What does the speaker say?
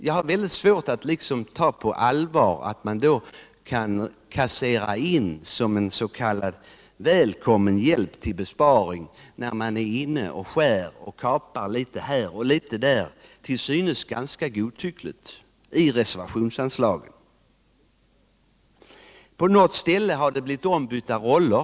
Jag har därför svårt att ta på allvar att man då som en s.k. välkommen hjälp till besparingar kan kassera in förslagen att skära och kapa litet här och litet där, till synes ganska godtyckligt, i reservationsanslagen. På något ställe har det också blivit ombytta roller.